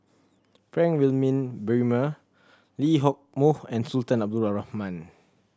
Frank Wilmin Brewer Lee Hock Moh and Sultan Abdul Rahman